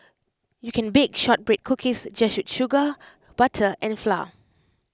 you can bake Shortbread Cookies just with sugar butter and flour